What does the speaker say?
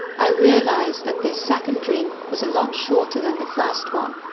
i realized that this second dream was a lot shorter than the first one,